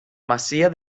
masia